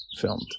filmed